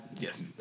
Yes